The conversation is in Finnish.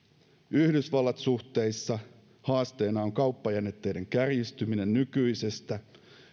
yhdysvallat suhteissa haasteena on kauppajännitteiden kärjistyminen nykyisestä